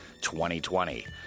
2020